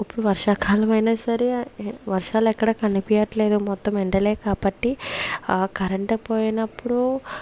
ఇప్పుడు వర్షాకాలం అయినా సరే వర్షాలు ఎక్కడ కనిపియట్లేదు మొత్తం ఎండలే కాబట్టి ఆ కరెంట్ పోయినప్పుడు